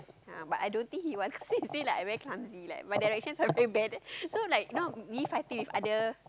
uh but I don't think he wants cause he say like I very clumsy like my directions are very bad so like you know me fighting with other